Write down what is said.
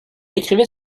écrivait